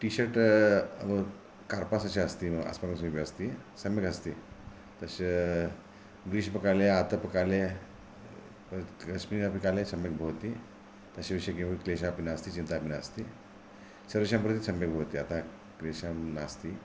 T shirt कार्पासस्य अस्ति अस्माकं समीपे अस्ति सम्यक् अस्ति तस्य ग्रीष्मकाले आतपकाले कस्मिन् अपि काले सम्यक् भवति तस्य विषये किमपि क्लेशः अपि नास्ति चिन्ता अपि नास्ति सम्यक् भवति अतः क्लेशं नास्ति